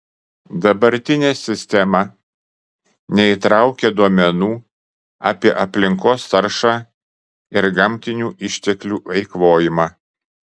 dabartinė sistema neįtraukia duomenų apie aplinkos taršą ir gamtinių išteklių eikvojimą